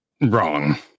wrong